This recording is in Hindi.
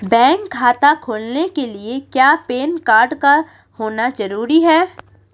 बैंक खाता खोलने के लिए क्या पैन कार्ड का होना ज़रूरी है?